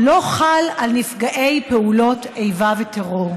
לא חל על נפגעי פעולות איבה וטרור.